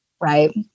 right